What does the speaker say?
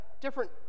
different